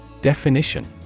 Definition